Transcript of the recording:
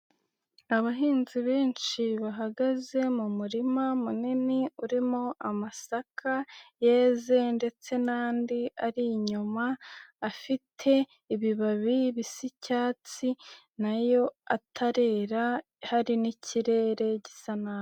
Abahinzi benshi bahagaze mu murima munini urimo amasaka yeze ndetse n'andi ari inyuma, afite ibibabi bisi'icyatsi, nayo atarera, ihari n'ikirere gisa nabi.